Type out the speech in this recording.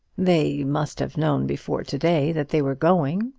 they must have known before to-day that they were going,